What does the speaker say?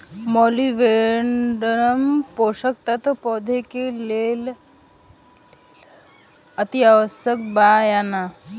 Molybdenum पोषक तत्व पौधा के लेल अतिआवश्यक बा या न?